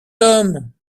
hommes